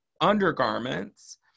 undergarments